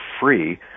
free